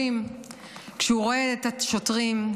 כשהוא רואה את השוטרים,